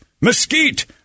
mesquite